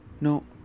No